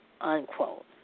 unquote